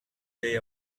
day